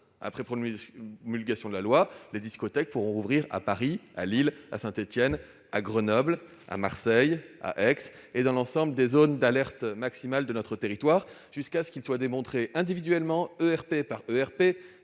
après promulgation de la loi, les discothèques pourraient rouvrir à Paris, à Lille, à Saint-Étienne, à Grenoble, à Marseille, à Aix-en-Provence et dans l'ensemble des zones d'alerte maximale de notre territoire, jusqu'à ce qu'il soit démontré, individuellement, ERP par ERP,